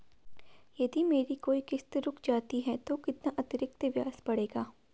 यदि मेरी कोई किश्त रुक जाती है तो कितना अतरिक्त ब्याज पड़ेगा?